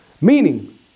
Meaning